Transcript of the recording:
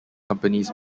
companies